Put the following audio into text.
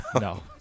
no